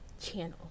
channel